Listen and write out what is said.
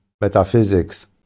metaphysics